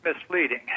misleading